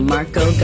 Marco